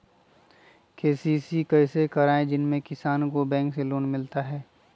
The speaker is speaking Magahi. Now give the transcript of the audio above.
के.सी.सी कैसे कराये जिसमे किसान को बैंक से लोन मिलता है?